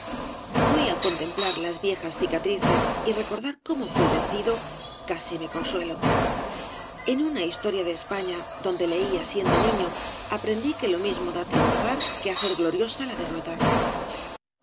de valle inclan piar las viejas cicatrices y recordar cómo fui vencido casi me consuelo en una historia de españa donde leía siendo niño aprendí que lo mismo da triunfar que hacer gloriosa la derrota